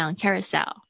carousel